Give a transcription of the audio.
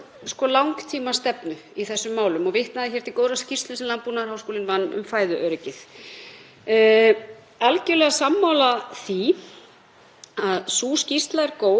að sú skýrsla er góð og hefur Landbúnaðarháskólanum verið falið að vinna drög að fæðuöryggisstefnu fyrir Ísland